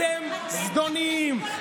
אתם זדוניים.